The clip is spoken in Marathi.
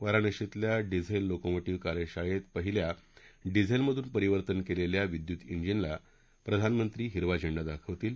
वाराणसीतल्या डिझेल लोकोमो ह कार्यशाळेत पहिल्या डिझेलमधून परीवर्तन केलेल्या विद्युत इंजिनला प्रधानमंत्री हिरवा झेंडा दाखवतील